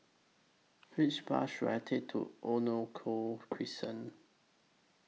Which Bus should I Take to Crescent